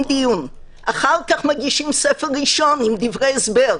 אחר כך מגישים ספר ראשון עם דברי הסבר.